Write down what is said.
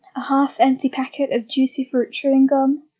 a half-empty packet of juicy fruit chewing gum,